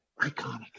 iconic